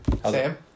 Sam